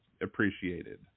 appreciated